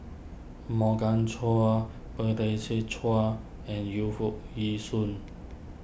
Morgan Chua Chow and Yu Foo Yee Shoon